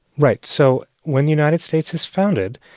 right. so when the united states is founded,